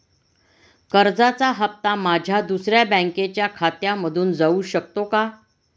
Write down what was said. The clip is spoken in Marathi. कर्जाचा हप्ता माझ्या दुसऱ्या बँकेच्या खात्यामधून जाऊ शकतो का?